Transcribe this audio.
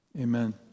Amen